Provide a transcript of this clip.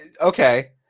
okay